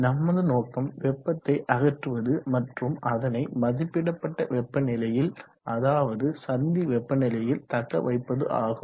நமது நோக்கம் வெப்பத்தை அகற்றுவது மற்றும் அதனை மதிப்பிடப்பட்ட வெப்பநிலையில் அதாவது சந்தி வெப்பநிலையில் தக்க வைப்பது ஆகும்